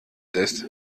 ist